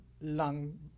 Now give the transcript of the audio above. lung